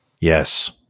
Yes